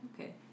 okay